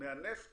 מהנפט